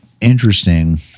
interesting